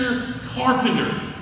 carpenter